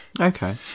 Okay